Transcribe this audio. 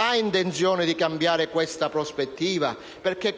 ha intenzione di cambiare questa prospettiva?